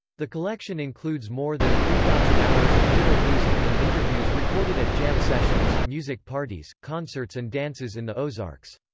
the collection includes more than three thousand hours of fiddle music and interviews recorded at jam sessions, music parties, concerts and dances in the ozarks.